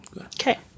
Okay